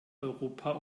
europa